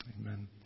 Amen